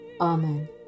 Amen